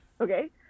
okay